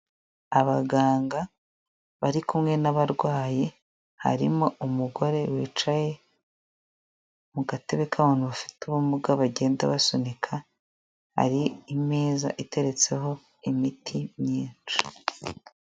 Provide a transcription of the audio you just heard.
Abaganga bari kumwe n'abarwayi harimo umugore wicaye mu gatebe k'abantu bafite ubumuga bagenda basunika, hari imeza iteretseho imiti myinshi.